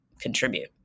contribute